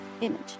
image